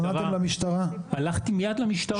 אנחנו התלוננו גם כלפי התאגיד שהוא לא מילא את תפקידו כמו שצריך,